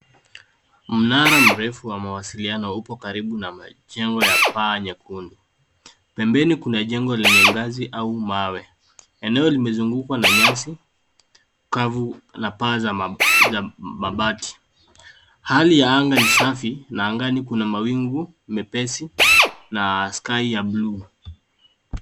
Mnara mrefu wa mawasiliano upo karibu na majengo ya paa nyekundu. Pembeni kuna jengo lenye ngazi au mawe. Eneo limezungukwa na nyasi kavu na paa za mabati. Hali ya aga ni safi na angani kuna mawingu mepesi na sky ya buluu.